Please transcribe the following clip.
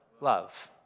Love